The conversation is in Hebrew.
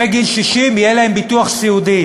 אחרי גיל 60 יהיה להם ביטוח סיעודי.